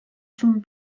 zum